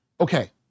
okay